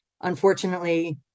Unfortunately